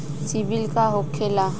सीबील का होखेला?